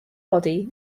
body